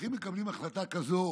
הולכים ומקבלים החלטה כזאת,